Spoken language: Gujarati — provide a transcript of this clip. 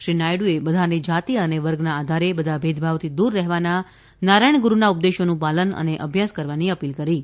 શ્રી નાયડુએ બધાને જાતિ અને વર્ગના આધારે બધા ભેદભાવથી દૂર રહેવાના નારાયણ ગુરૂનાં ઉપદેશોનું પાલન અને અભ્યાસ કરવાની અપીલ કરી હતી